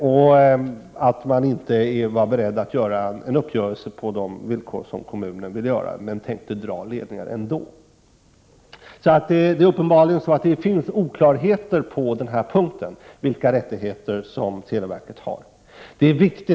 Man var inte beredd till en uppgörelse på de villkor som kommunen önskade, och man tänkte dra ledningar ändå. Det finns uppenbarligen oklarheter när det gäller vilka rättigheter som televerket har på den här punkten.